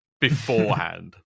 beforehand